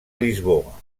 lisboa